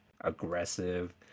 aggressive